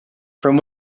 from